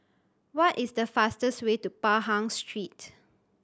what is the fastest way to Pahang Street